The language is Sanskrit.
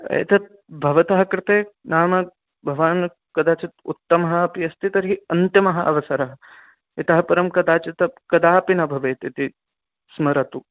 एतत् भवतः कृते नाम भवान् कदाचित् उत्तमः अपि अस्ति तर्हि अन्तिमः अवसरः इतः परं कदाचित् कदापि न भवेत् इति स्मरतु